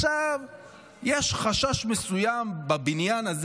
יש חשש מסוים בבניין הזה,